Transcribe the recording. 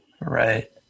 right